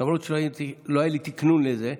למרות שלא היה לי תקנון לזה,